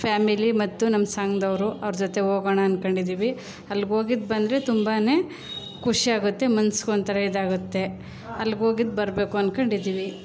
family ಮತ್ತು ನಮ್ಮ ಸಂಘದವ್ರು ಅವ್ರ ಜೊತೆ ಹೋಗೋಣ ಅಂದ್ಕೊಂಡಿದ್ದೀವಿ ಅಲ್ಗೋಗಿದ್ದು ಬಂದರೆ ತುಂಬನೇ ಖುಷಿಯಾಗುತ್ತೆ ಮನ್ಸಿಗೂ ಒಂಥರ ಇದಾಗುತ್ತೆ ಅಲ್ಗೋಗಿದ್ದ ಬರಬೇಕು ಅಂದ್ಕೊಂಡಿದ್ದೀವಿ